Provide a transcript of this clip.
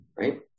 right